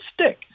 stick